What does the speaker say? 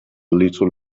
little